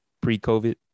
pre-covid